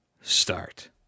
start